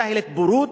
ג'אהילית בורות,